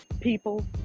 people